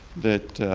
that